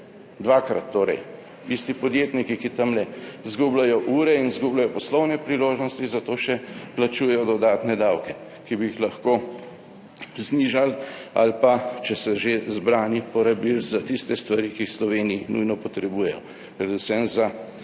dvakrat. Isti podjetniki, ki tamle izgubljajo ure in izgubljajo poslovne priložnosti, za to še plačujejo dodatne davke, ki bi jih lahko znižali ali pa, če so že zbrani, porabili za tiste stvari, ki jih v Sloveniji nujno potrebujejo, predvsem za